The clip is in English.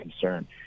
concern